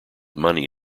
money